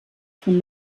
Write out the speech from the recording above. von